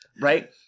Right